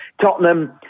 Tottenham